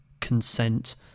consent